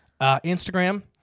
Instagram